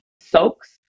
soaks